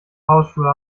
hausschuhe